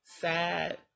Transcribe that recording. sad